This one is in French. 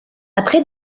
après